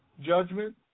judgment